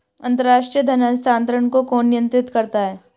अंतर्राष्ट्रीय धन हस्तांतरण को कौन नियंत्रित करता है?